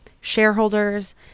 shareholders